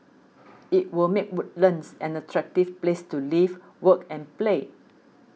it will make Woodlands an attractive place to live work and play